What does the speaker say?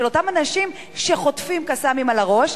אותם אנשים שחוטפים "קסאמים" על הראש,